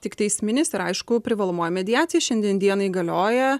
tik teisminis ir aišku privalomoji mediacija šiandien dienai galioja